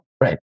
Right